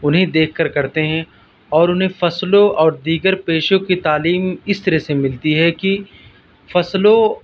انہیں دیکھ کر کرتے ہیں اور انہیں فصلوں اور دیگر پیشوں کی تعلیم اس طرح سے ملتی ہے کہ فصلوں